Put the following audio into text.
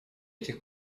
этих